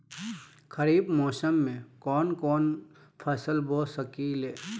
खरिफ मौसम में कवन कवन फसल बो सकि ले?